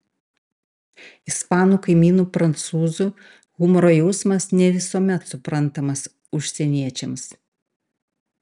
ispanų kaimynų prancūzų humoro jausmas ne visuomet suprantamas užsieniečiams